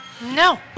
No